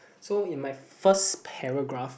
so in my first paragraph